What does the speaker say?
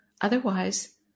otherwise